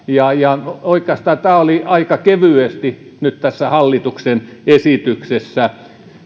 ja ja oikeastaan tämä oli aika kevyesti nyt tässä hallituksen esityksessä